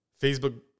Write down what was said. facebook